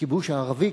הכיבוש הערבי,